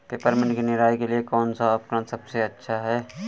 Peppermint की निराई के लिए कौन सा उपकरण सबसे अच्छा है?